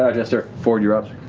ah jester. fjord, you're up.